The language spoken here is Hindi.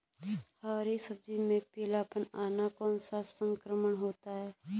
हरी सब्जी में पीलापन आना कौन सा संक्रमण होता है?